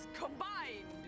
combined